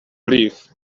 leave